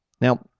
now